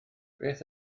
beth